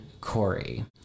Corey